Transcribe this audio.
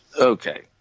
Okay